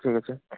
ঠিক আছে